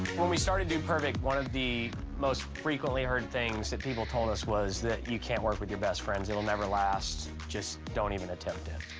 when we started dude perfect, one of the most frequently heard things that people told us was that you can't work your best friends. it'll never last. just don't even attempt it.